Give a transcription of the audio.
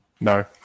No